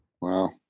Wow